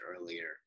earlier